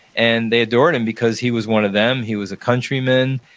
and they adored him because he was one of them. he was a countryman,